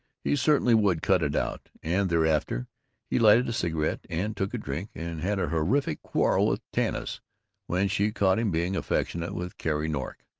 he certainly would cut it out, and thereafter he lighted a cigarette and took a drink and had a terrific quarrel with tanis when she caught him being affectionate with carrie nork.